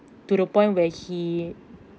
to the point where he